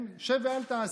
שב ואל תעשה.